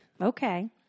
Okay